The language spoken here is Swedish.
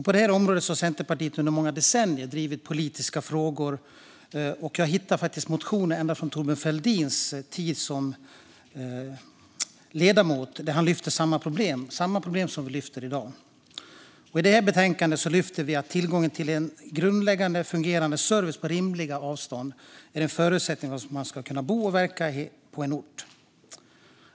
På detta område har Centerpartiet under många decennier drivit politiska frågor, och jag har faktiskt hittat motioner ända från Thorbjörn Fälldins tid som ledamot där han lyfte upp samma problem som vi gör i dag. I betänkandet lyfter vi upp att tillgången till en grundläggande fungerande service på rimligt avstånd är en förutsättning för att man ska kunna bo och verka på en ort.